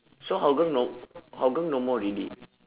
so hougang no hougang no more already